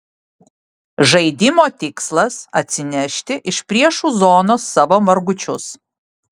žaidimo tikslas atsinešti iš priešų zonos savo margučius